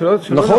נכון.